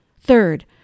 Third